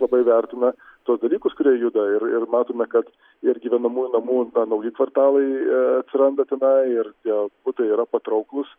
labai vertina tuos dalykus kurie juda ir ir matome kad ir gyvenamųjų namų nauji kvartalai atsiranda tenai ir tie butai yra patrauklūs